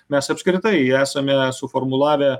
mes apskritai esame suformulavę